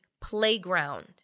playground